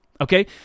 Okay